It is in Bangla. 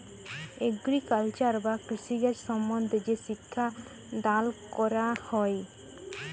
এগ্রিকালচার বা কৃষিকাজ সম্বন্ধে যে শিক্ষা দাল ক্যরা হ্যয়